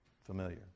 familiar